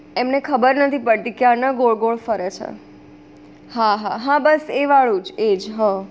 એમને ખબર નથી પડતી ક્યારના ગોળ ગોળ ફરે છે હા હા હા બસ એ વાળુ જ એ જ હ